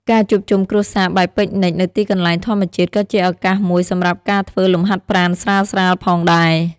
ការជួបជុំគ្រួសារបែបពិកនិចនៅទីកន្លែងធម្មជាតិក៏ជាឱកាសមួយសម្រាប់ការធ្វើលំហាត់ប្រាណស្រាលៗផងដែរ។